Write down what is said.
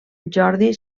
jordi